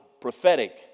prophetic